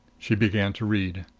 she began to read.